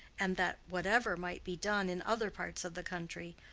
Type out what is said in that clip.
and that whatever might be done in other parts of the country,